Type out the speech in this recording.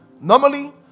Normally